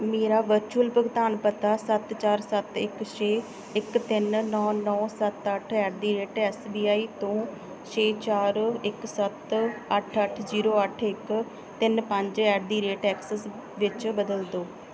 ਮੇਰਾ ਵਰਚੁਅਲ ਭੁਗਤਾਨ ਪਤਾ ਸੱਤ ਚਾਰ ਸੱਤ ਇੱਕ ਛੇ ਇੱਕ ਤਿੰਨ ਨੌਂ ਨੌਂ ਸੱਤ ਅੱਠ at the rate S B I ਤੋਂ ਛੇ ਚਾਰ ਇੱਕ ਸੱਤ ਅੱਠ ਅੱਠ ਜੀਰੋ ਅੱਠ ਇੱਕ ਤਿੰਨ ਪੰਜ ਐਟ ਦੀ ਰੇਟ ਐਕਸਿਸ ਵਿੱਚ ਬਦਲੋ ਦਿਓ